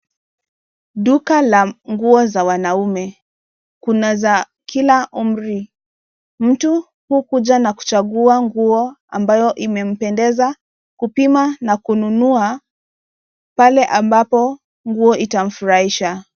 Duka la nguo za wanaume kuna za kila umri. Mtu hukuja na kuchagua nguo ambayo imempendeza kupima na kununua pale ambapo nguo itamfurahisha.